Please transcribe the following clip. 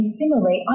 similarly